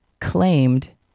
claimed